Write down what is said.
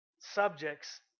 subjects